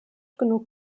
genug